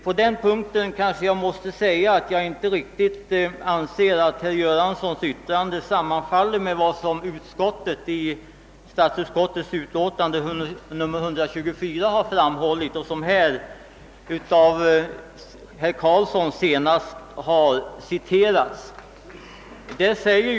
På den punkten måste jag säga att jag inte riktigt anser att hans åsikt sammanfaller med vad som har framhållits i statsutskottets utlåtande nr 124 och som här, senast av herr Carlsson i Västerås, har citerats.